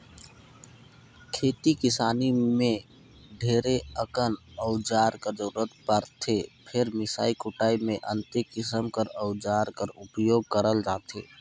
खेती किसानी मे ढेरे अकन अउजार कर जरूरत परथे फेर मिसई कुटई मे अन्ते किसिम कर अउजार कर उपियोग करल जाथे